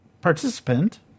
participant